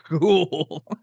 cool